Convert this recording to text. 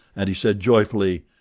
and he said joyfully,